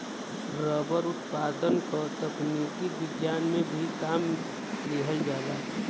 rubber उत्पादन क तकनीक विज्ञान में भी काम लिहल जाला